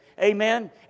Amen